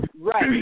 Right